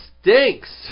stinks